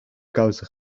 kousen